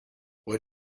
what